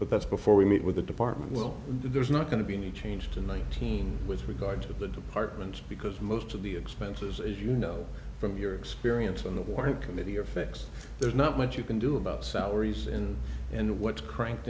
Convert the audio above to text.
but that's before we meet with the department well there's not going to be any change to nineteen with regard to the department because most of the expenses as you know from your experience on the water committee or face there's not much you can do about salaries and what cranked